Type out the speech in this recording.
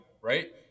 right